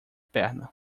perna